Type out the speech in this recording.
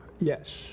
yes